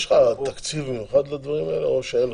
יש לך תקציב מיוחד לדברים האלה או שאין לך?